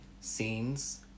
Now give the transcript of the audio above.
scenes